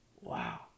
Wow